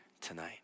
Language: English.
tonight